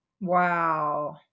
Wow